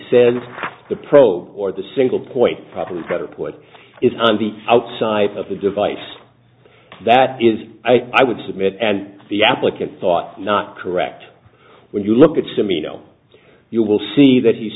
says the probe or the single point problem or point is on the outside of the device that is i would submit and the applicant thought not correct when you look at some you know you will see that he's